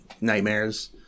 nightmares